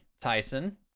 Tyson